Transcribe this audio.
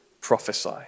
prophesy